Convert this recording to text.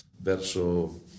verso